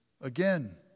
again